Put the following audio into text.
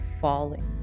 falling